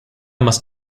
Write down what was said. must